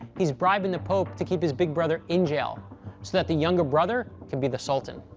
he's bribing the pope to keep his big brother in jail so that the younger brother can be the sultan.